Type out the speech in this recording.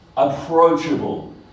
Approachable